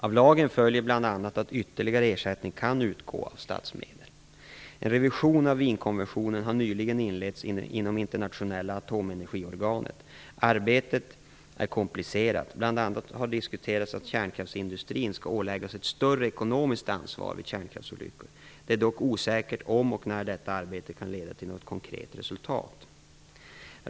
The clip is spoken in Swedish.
Av lagen följer bl.a. att ytterligare ersättning kan utgå av statsmedel. En revision av Wienkonventionen har nyligen inletts inom det internationella atomenergiorganet . Arbetet är komplicerat. Bl.a. har diskuterats att kärnkraftsindustrin skall åläggas ett större ekonomiskt ansvar vid kärnkraftsolyckor. Det är dock osäkert om och när detta arbete kan leda till något konkret resultat.